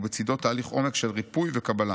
ובצידו תהליך עומק של ריפוי וקבלה